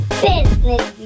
business